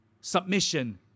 submission